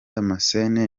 damascene